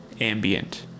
ambient